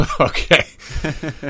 Okay